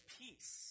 peace